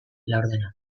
laurdena